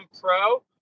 pro